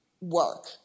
work